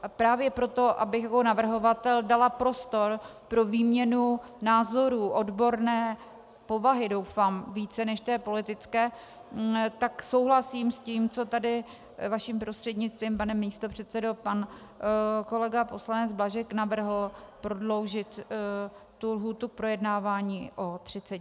A právě proto, abych jako navrhovatel dala prostor pro výměnu názorů odborné povahy, doufám, více než té politické, tak souhlasím s tím, co tady vaším prostřednictvím, pane místopředsedo, pan kolega poslanec Blažek navrhl prodloužit tu lhůtu projednávání o 30 dní.